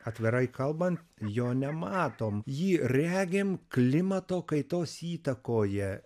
atvirai kalbant jo nematom jį regim klimato kaitos įtakoje